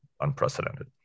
unprecedented